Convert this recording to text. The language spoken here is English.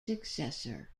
successor